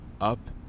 Up